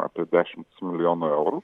apie dešimt milijonų eurų